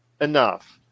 enough